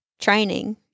training